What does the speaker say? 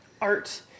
art